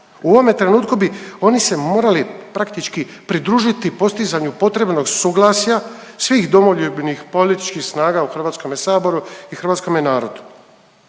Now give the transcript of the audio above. U ovome trenutku bi oni se morali praktički pridružiti postizanju potrebnog suglasja svih domoljubnih političkih snaga u Hrvatskome saboru i hrvatskome narodu.